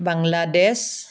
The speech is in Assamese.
বাংলাদেশ